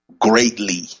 greatly